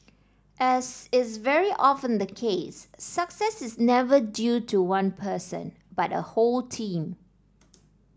as is very often the case success is never due to one person but a whole team